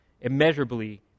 immeasurably